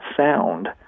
sound